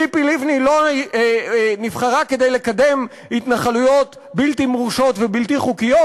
ציפי לבני לא נבחרה כדי לקדם התנחלויות בלתי מורשות ובלתי חוקיות,